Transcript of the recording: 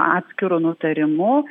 atskiru nutarimu